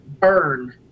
burn